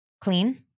Clean